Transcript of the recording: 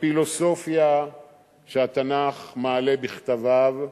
הפילוסופיה שהתנ"ך מעלה בכתביו,